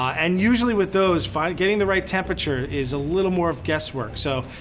and usually with those getting the right temperature is a little more of guess work. so,